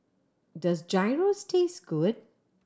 does Gyros taste good